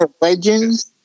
Legends